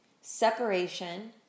separation